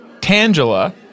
Tangela